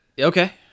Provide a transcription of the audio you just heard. Okay